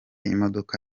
imodoka